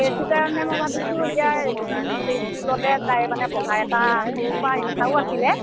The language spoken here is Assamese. সেইটো কাৰণে মই ভাবিছোঁ এতিয়া ফুলেশ্বৰী স্কুলতে তাইৰ মানে পঢ়া এটা সৰুৰ পৰা ইচ্ছাও আছিলে